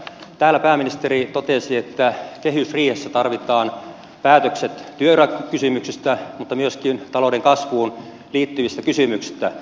täällä pääministeri totesi että kehysriihessä tarvitaan päätökset työurakysymyksistä mutta myöskin talouden kasvuun liittyvistä kysymyksistä